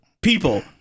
people